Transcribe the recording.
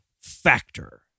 Factor